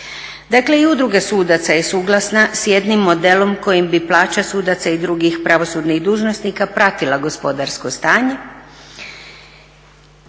Dakle, i Udruga sudaca je suglasna s jednim modelom kojim bi plaća sudaca i drugih pravosudnih dužnosnika pratila gospodarsko stanje